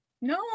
no